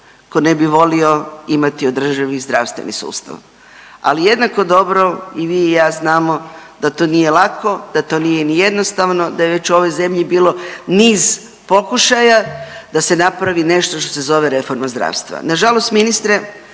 tko ne bi volio imati održivi zdravstveni sustav, ali jednako dobro i vi i ja znamo da to nije lako, da to nije ni jednostavno, da je već u ovoj zemlji bilo niz pokušaja da se napravi nešto što se zove reforma zdravstva.